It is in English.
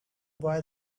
buy